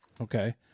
okay